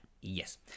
Yes